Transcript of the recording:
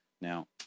Now